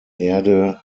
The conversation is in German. erde